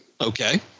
Okay